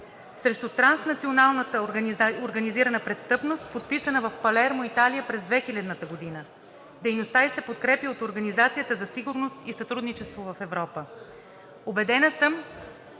срещу транснационалната организирана престъпност, подписана в Палермо, Италия, през 2000 г. Дейността ѝ се подкрепя от Организацията за сигурност и сътрудничество в Европа. Убедена съм,